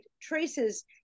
traces